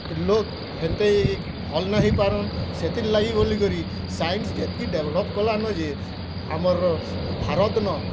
ଲୋକ୍ ହେନ୍ତେ ଏ ଭଲ୍ ହେଇ ନ ପାରନ୍ ସେଥିର୍ ଲାଗି ବୋଲି କରି ସାଇନ୍ସ ଯେତ୍କି ଡେଭ୍ଲପ୍ କଲାନୁ ଯେ ଆମର ଭାରତ ନ